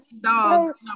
dogs